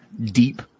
deep